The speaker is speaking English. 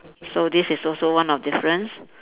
so this is also one of difference